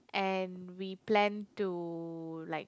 and we plan to like